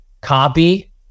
Copy